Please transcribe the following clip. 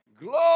glory